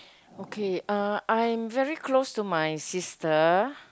okay uh I'm very close to my sister